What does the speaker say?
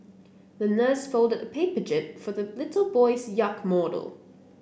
the nurse folded a paper jib for the little boy's yacht model